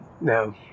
no